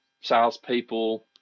salespeople